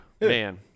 man